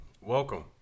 welcome